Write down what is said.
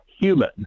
human